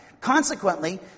Consequently